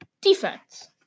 defense